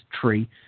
tree